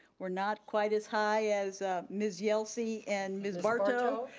we're not quite as high as ms. yelsey and ms. bartow,